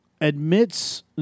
admits